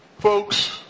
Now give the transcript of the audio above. folks